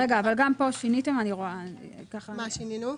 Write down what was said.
אני רואה ששיניתם,